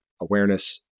awareness